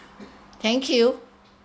thank you